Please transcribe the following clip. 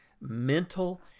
mental